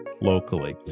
locally